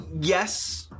Yes